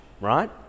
right